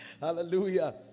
Hallelujah